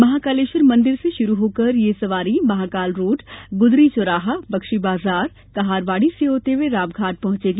महाकालेश्वर मंदिर से प्रारंभ होकर यह सवारी महाकाल रोड गुदरी चौराहा बक्षी बाजार कहारवाडी से होते हुए रामघाट पहुंचेगी